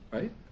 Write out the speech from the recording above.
Right